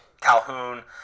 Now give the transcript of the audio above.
Calhoun